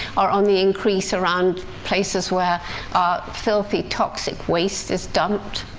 are on the increase around places where our filthy toxic waste is dumped.